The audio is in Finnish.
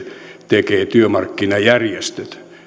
tekevät työmarkkinajärjestöt